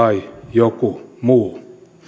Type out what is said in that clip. joku muu